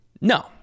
No